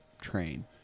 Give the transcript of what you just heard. train